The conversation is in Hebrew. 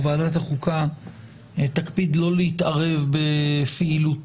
בו ועדת החוקה תקפיד לא להתערב בפעילותה